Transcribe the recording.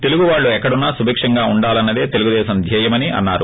తెలుగువాళ్లు ఎక్కడున్నా సుభిక్షంగా ఉండాలన్నదే తెలుగుదేశం ధ్యేయమని అన్నారు